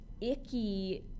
icky